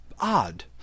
odd